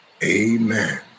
Amen